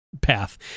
path